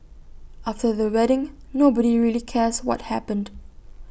after the wedding nobody really cares what happened